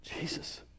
Jesus